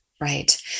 right